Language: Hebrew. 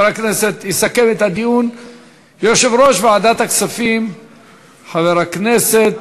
יסכם את הדיון יושב-ראש ועדת הכספים חבר הכנסת